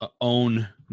own